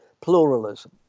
pluralism